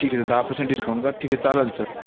ठीक आहे सर दहा पर्सेंट डिस्काउंट का ठीक आहे चालेल सर